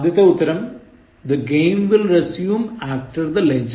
ആദ്യത്തേ ഉത്തരം The game will resume after the lunch break